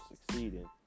succeeding